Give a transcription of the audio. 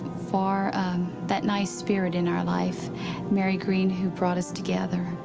for that nice spirit in our life mary greene who brought us together.